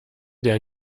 der